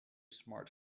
smart